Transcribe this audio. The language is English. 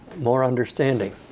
more understanding.